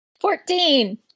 Fourteen